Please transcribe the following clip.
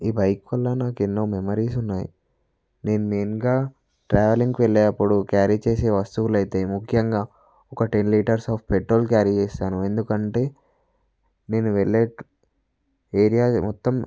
ఈ బైక్ వల్ల నాకు ఎన్నో మెమరీస్ ఉన్నాయి నేను నేనుగా ట్రావెలింగ్కి వెళ్లేటప్పుడు క్యారీ చేసే వస్తువులు అయితే ముఖ్యంగా ఒక ten litres of petrol carry చేస్తాను ఎందుకంటే నేను వెళ్ళే ఏరియాలో మొత్తం